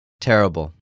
Terrible